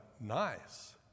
nice